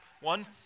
one